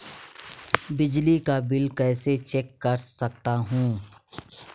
बिजली का बिल कैसे चेक कर सकता हूँ?